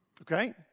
okay